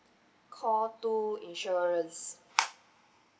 call two insurance